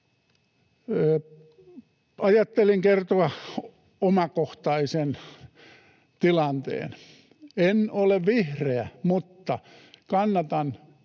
Ajattelin kertoa omakohtaisen tilanteen. En ole vihreä, mutta kannatan